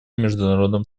международным